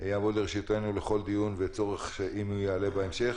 יעמוד לרשותנו בכל דיון וצורך אם הוא יעלה בהמשך.